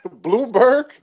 Bloomberg